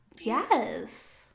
yes